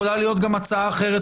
יכולה להיות גם הצעה אחרת,